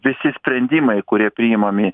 visi sprendimai kurie priimami